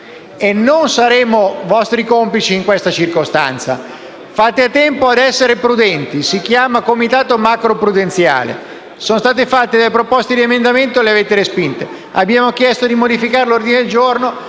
non saremo vostri complici in questa circostanza. Fate in tempo a essere prudenti; si chiama comitato macroprudenziale. Sono state fatte proposte emendative e le avete respinte; abbiamo chiesto di modificare l'ordine del giorno